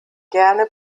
gerne